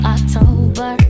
October